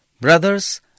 Brothers